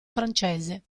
francese